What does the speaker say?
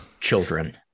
children